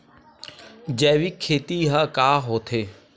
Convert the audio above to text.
जैविक खेती ह का होथे?